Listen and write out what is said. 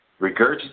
regurgitate